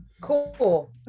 cool